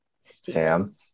Sam